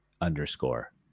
underscore